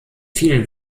vielen